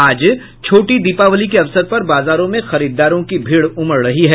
आज छोटी दीपावली के अवसर पर बाजारों में खरीदारों की भीड़ उमड़ रही है